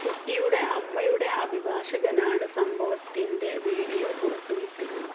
കുട്ടിയുടെ അമ്മയുടെ അഭിഭാഷകനാണ് സംഭവത്തിൻ്റെ വീഡിയോ പുറത്തുവിട്ടത്